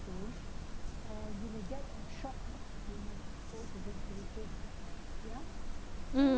mm